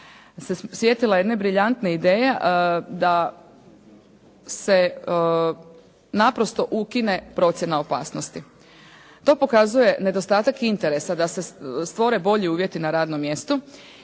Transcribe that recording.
se sjetila jedne briljantne ideje da se naprosto ukine procjena opasnosti. To pokazuje nedostatak interesa da se stvore bolji uvjeti na radnom mjestu